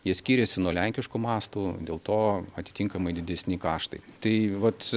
jie skyrėsi nuo lenkiškų mastų dėl to atitinkamai didesni kaštai tai vat